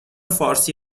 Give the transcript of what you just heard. فارسی